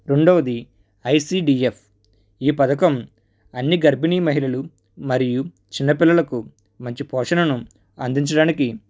రెండవది ఐసీడీఎఫ్ ఈ పథకం అన్ని గర్భిణి మహిళలు మరియు చిన్నపిల్లలకు మంచి పోషణను అందించడానికి